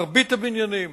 מרבית הבניינים